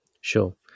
Sure